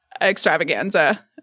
extravaganza